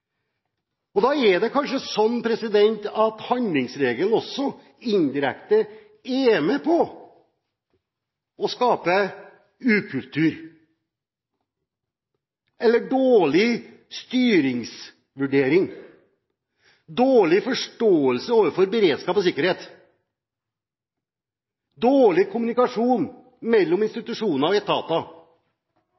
sterkt. Da er det kanskje slik at handlingsregelen også indirekte er med på å skape ukultur, dårlig styringsvurdering, dårlig forståelse for beredskap og sikkerhet, dårlig kommunikasjon mellom